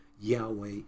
Yahweh